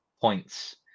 points